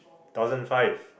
thousand five